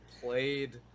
played